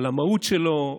על המהות שלו,